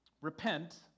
Repent